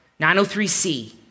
903C